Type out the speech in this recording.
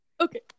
Okay